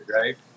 right